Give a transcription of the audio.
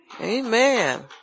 Amen